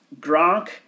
Gronk